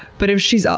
but if she's, ah